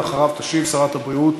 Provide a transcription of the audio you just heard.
ואחריו תשיב שרת הבריאות